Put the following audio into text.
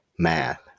math